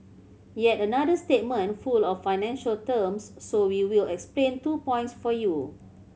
yet another statement full of financial terms so we will explain two points for you